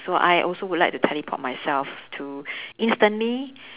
so I also would like to teleport myself to instantly